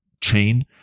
chain